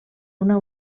una